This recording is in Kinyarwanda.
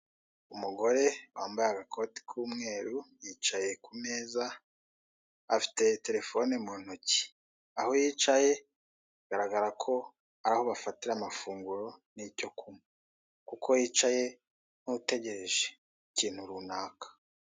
Umugore wambaye agakote k'umweru yicaye ku meza afite telefone mu ntoki. Aho yicaye bigaragara ko ari aho bafatira amafunguro nicyo kunywa. Kuko yicaye nkutegereje ikintu runaka.